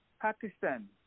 Pakistan